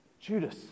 Judas